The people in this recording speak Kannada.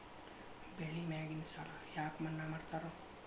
ಬೆಳಿ ಮ್ಯಾಗಿನ ಸಾಲ ಯಾಕ ಮನ್ನಾ ಮಾಡ್ತಾರ?